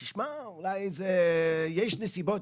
הם היו אומרים שאולי יש נסיבות,